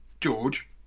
George